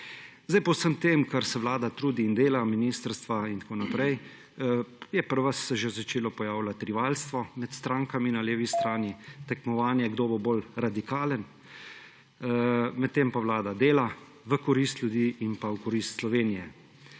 Zdaj po vsem tem, kar se Vlada trudi in dela, ministrstva in tako naprej, se je pri vas že začelo pojavljati rivalstvo med strankami na levi strani, tekmovanje, kdo bo bolj radikalen, medtem pa Vlada dela v korist ljudi in pa v korist Slovenije.